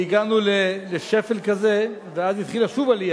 והגענו לשפל כזה, ואז התחילה שוב עלייה.